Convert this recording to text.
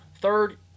Third